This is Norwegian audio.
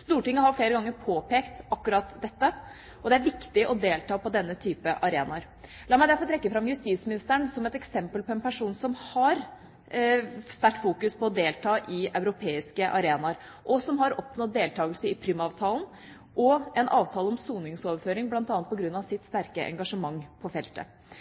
Stortinget har flere ganger påpekt akkurat dette – det er viktig å delta på denne type arenaer. La meg derfor trekke fram justisministeren som et eksempel på en person som har sterkt fokus på å delta på europeiske arenaer, og som har oppnådd deltakelse i Prüm-avtalen og en avtale om soningsoverføring, bl.a. på grunn av sitt sterke engasjement på feltet.